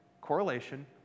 correlation